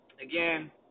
again